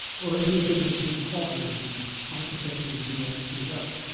or everything would be clobbered. the architecture would be all screwed up.